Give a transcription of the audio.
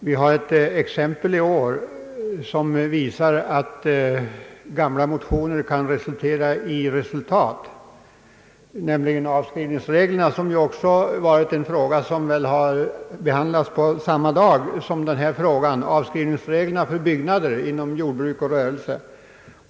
Vi har ett exempel i år, vilket visar att gamla motioner kan leda till resultat, nämligen avskrivningsreglerna, en fråga som ju ofta behandlats på samma dag som den som just nu behandlas. Det gäller avskrivningsreglerna för byggnader inom jordbruk och rörelse.